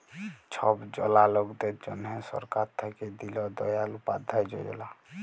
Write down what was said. ছব জলা লকদের জ্যনহে সরকার থ্যাইকে দিল দয়াল উপাধ্যায় যজলা